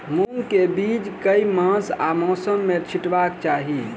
मूंग केँ बीज केँ मास आ मौसम मे छिटबाक चाहि?